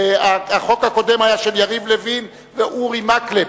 החוק הקודם היה של יריב לוין ואורי מקלב,